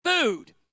Food